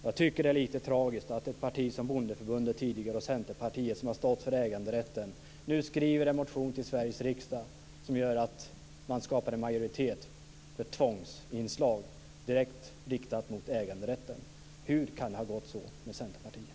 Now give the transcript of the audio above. Jag tycker att det är lite tragiskt att ett parti som det tidigare Bondeförbundet och Centerpartiet, som har stått för äganderätten, nu skriver en motion till Sveriges riksdag som gör att det skapas en majoritet för tvångsinslag direkt riktade mot äganderätten. Hur kan det ha gått så med Centerpartiet?